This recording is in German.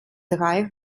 drei